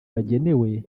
bagenewe